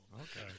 Okay